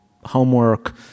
homework